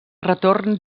retorn